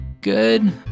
Good